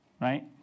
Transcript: right